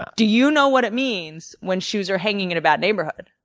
do you know what it means when shoes are hanging in a bad neighborhood?